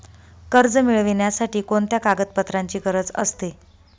कर्ज मिळविण्यासाठी कोणत्या कागदपत्रांची गरज असते?